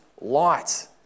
light